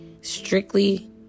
strictly